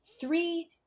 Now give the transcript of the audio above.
three